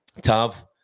Tav